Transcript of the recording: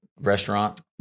restaurant